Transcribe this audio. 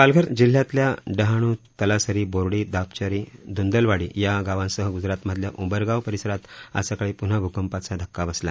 पालघर जिल्ह्यातल्या डहाणू तळासरी बोर्डी दापचरी धुंदलवाडी या गावांसह ग्रजरातमधल्या उंबरगाव परिसरात आज सकाळी प्रन्हा भूकंपाचा धक्का बसला